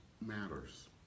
matters